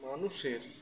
মানুষের